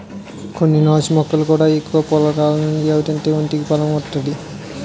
కొన్ని నాచు మొక్కల్లో కూడా ఎక్కువ పోసకాలుండి అవి తింతే ఒంటికి బలం ఒత్తాది